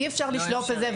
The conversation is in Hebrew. אי אפשר לשלוף את זה,